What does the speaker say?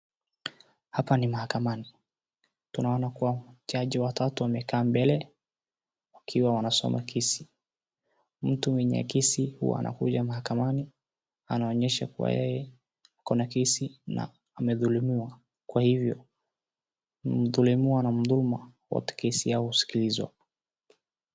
Hapa ni mahakamani, tunaona kuwa jaji watatu wamekaa mbele wakiwa wanasoma kesi. Mtu mwenye kesi huwa anakuja mahakamani anaonyesha kuwa yeye ako na kesi na amedhulumiwa. Kwa hivo mdhulumiwa na mdhuluma kesi yao huskizwa.